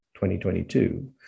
2022